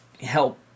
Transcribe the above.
help